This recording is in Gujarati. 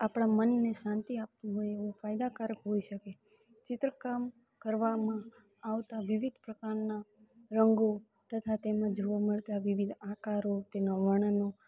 આપણા મનને શાંતિ આપતું હોય એવું ફાયદાકારક હોઈ શકે ચિત્રકામ કરવામાં આવતા વિવિધ પ્રકારના રંગો તથા તેમાં જોવા મળતા વિવિધ આકારો તેના વર્ણનો